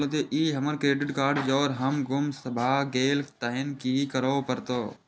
ई हमर credit card जौं हमर गुम भ गेल तहन की करे परतै?